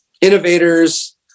innovators